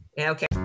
Okay